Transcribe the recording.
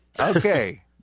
Okay